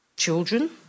Children